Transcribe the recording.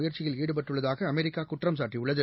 முயற்சியில் ஈடுபட்டுள்ளதாகஅமெரிக்காகுற்றம் சாட்டியுள்ளது